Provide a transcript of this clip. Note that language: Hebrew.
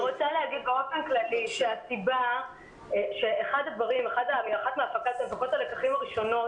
אני רוצה להגיד באופן כללי שאחת מהפקות הלקחים הראשונות